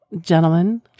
gentlemen